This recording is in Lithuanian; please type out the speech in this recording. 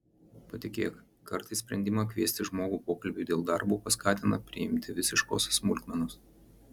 patikėk kartais sprendimą kviesti žmogų pokalbiui dėl darbo paskatina priimti visiškos smulkmenos